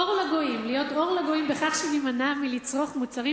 "להיות אור לגויים בכך שנימנע מלצרוך מוצרים